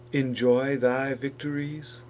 enjoy thy victories?